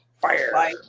fire